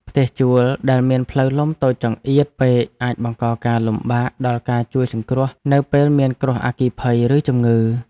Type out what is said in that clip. ផ្ទះជួលដែលមានផ្លូវលំតូចចង្អៀតពេកអាចបង្កការលំបាកដល់ការជួយសង្គ្រោះនៅពេលមានគ្រោះអគ្គិភ័យឬជំងឺ។